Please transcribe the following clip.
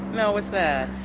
no, what's that?